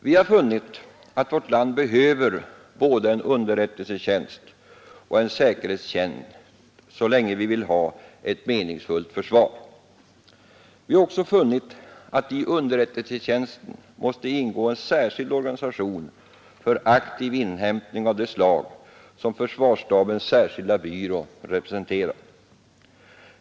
Vi har funnit att vårt land behöver både en underrättelsetjänst och en säkerhetstjänst så länge vi vill ha ett meningsfullt försvar. Vi har också funnit att i underrättelsetjänsten måste ingå en särskild organisation för aktiv inhämtning av det slag som försvarsstabens särskilda byrå representerar.